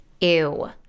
ew